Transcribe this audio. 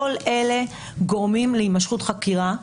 כל אלה הם גורמים להימשכות חקירה,